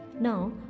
now